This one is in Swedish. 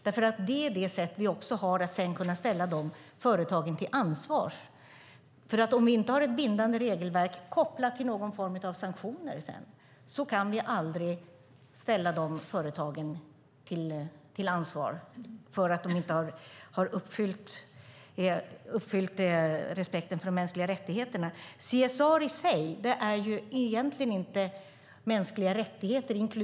Det blir nämligen det sätt vi har att sedan kunna ställa de företagen till ansvar. Om vi inte har ett bindande regelverk, kopplat till någon form av sanktioner, kan vi aldrig ställa företagen till ansvar för att de inte har upprätthållit respekten för de mänskliga rättigheterna. CSR i sig inkluderar egentligen inte mänskliga rättigheter.